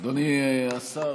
אדוני השר,